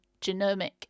genomic